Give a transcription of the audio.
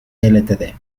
ltd